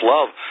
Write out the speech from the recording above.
Love